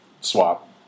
swap